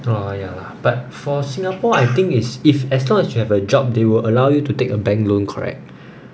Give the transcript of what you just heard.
uh ya lah but for singapore I think it's if as long as you have a job they will allow you to take a bank loan correct